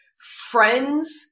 friends